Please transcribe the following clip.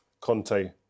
Conte